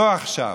לא עכשיו.